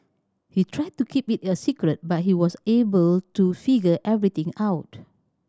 they tried to keep it a secret but he was able to figure everything out